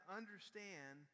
understand